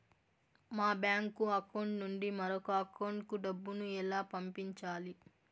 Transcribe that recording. మా bank account నుండి మరొక అకౌంట్ కు డబ్బును ఎలా పంపించాలి